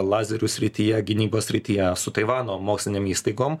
lazerių srityje gynybos srityje su taivano mokslinėm įstaigom